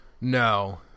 No